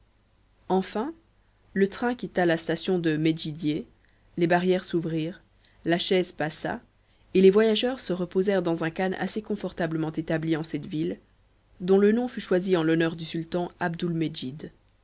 enfin le train quitta la station de modjidié les barrières s'ouvrirent la chaise passa et les voyageurs se reposèrent dans un khan assez confortablement établi en cette ville dont le nom fut choisi en l'honneur du sultan